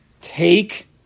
Take